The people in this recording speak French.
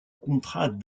contrat